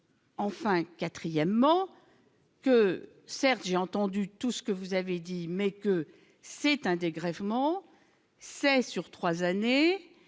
enfin quatrièmement que certes, j'ai entendu tout ce que vous avez dit, mais que c'est un dégrèvement c'est sur 3 années,